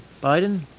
biden